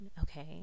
okay